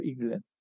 England